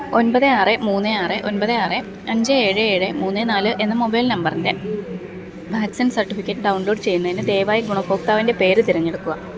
ഒൻപത് ആറ് മൂന്ന് ആറ് ഒൻപത് ആറ് അഞ്ച് ഏഴ് ഏഴ് മൂന്ന് നാല് എന്ന മൊബൈൽ നമ്പറിൻ്റെ വാക്സിൻ സർട്ടിഫിക്കറ്റ് ഡൗൺ ലോഡ് ചെയ്യുന്നതിനു ദയവായി ഗുണഭോക്താവിൻ്റെ പേര് തിരഞ്ഞെടുക്കുക